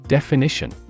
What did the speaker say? Definition